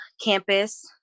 campus